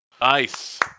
Nice